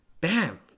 bam